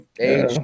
age